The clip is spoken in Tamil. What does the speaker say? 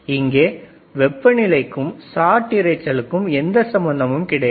இங்கே வெப்பநிலைக்கும் சாட் இரைச்சலுக்கும் எந்த சம்பந்தமும் கிடையாது